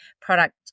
product